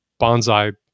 bonsai